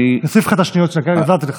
אוסיף לך את השניות שגזלתי לך.